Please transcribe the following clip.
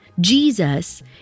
Jesus